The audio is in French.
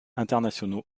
internationaux